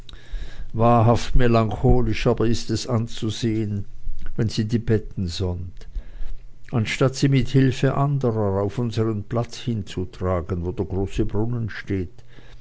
wahrhaft melancholisch aber ist es anzusehen wenn sie die betten sonnt anstatt sie mit hilfe anderer auf unsern platz hinzutragen wo der große brunnen steht